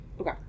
Okay